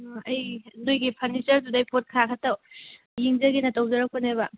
ꯑꯥ ꯑꯩ ꯅꯈꯣꯏꯒꯤ ꯐꯔꯅꯤꯆꯔꯗꯨꯗꯒꯤ ꯄꯣꯠ ꯈꯔ ꯈꯛꯇ ꯌꯦꯡꯖꯒꯦꯅ ꯇꯧꯖꯔꯛꯄꯅꯦꯕ